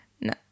No